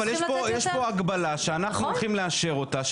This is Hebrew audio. אבל יש פה הגבלה שאנחנו הולכים לאשר אותה,